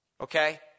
Okay